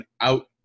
out